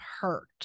hurt